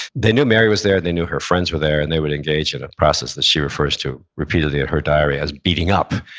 they knew mary was there, they knew her friends were there, and they would engage in a process that she refers to repeatedly in her diary as beating up,